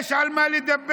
יש על מה לדבר,